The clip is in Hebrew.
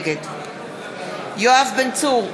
נגד יואב בן צור,